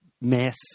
mess